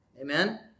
Amen